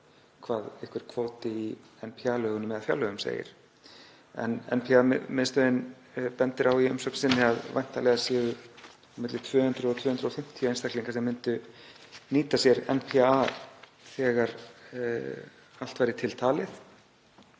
hvað einhver kvóti í NPA-lögum eða fjárlögum segir. NPA miðstöðin bendir á í umsögn sinni að væntanlega myndu milli 200 og 250 einstaklingar nýta sér NPA þegar allt væri til talið